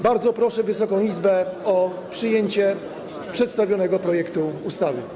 Bardzo proszę Wysoką Izbę o przyjęcie przedstawionego projektu ustawy.